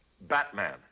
Batman